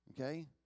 Okay